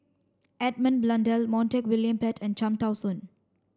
Edmund Blundell Montague William Pett and Cham Tao Soon